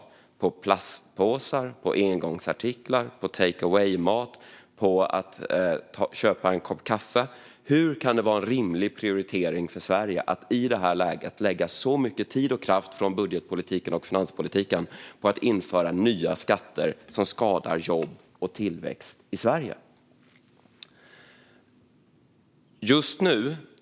Det är skatt på plastpåsar, på engångsartiklar, på take away-mat och på att köpa en kopp kaffe. Hur kan det vara en rimlig prioritering för Sverige att i det här läget lägga så mycket tid och kraft inom budgetpolitiken och finanspolitiken på att införa nya skatter som skadar jobb och tillväxt i landet?